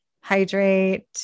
hydrate